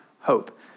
hope